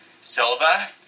Silva